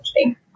Okay